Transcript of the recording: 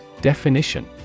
Definition